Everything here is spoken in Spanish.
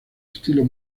estilo